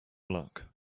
luck